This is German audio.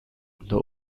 unter